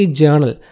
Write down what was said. journal